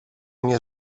mnie